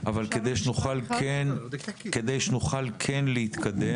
אבל כדי שנוכל כן להתקדם,